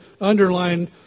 underline